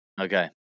Okay